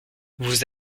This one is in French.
vous